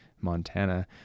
Montana